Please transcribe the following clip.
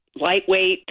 lightweight